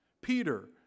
Peter